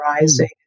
rising